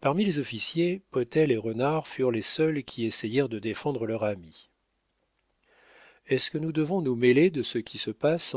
parmi les officiers potel et renard furent les seuls qui essayèrent de défendre leur ami est-ce que nous devons nous mêler de ce qui se passe